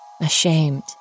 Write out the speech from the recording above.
Ashamed